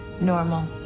Normal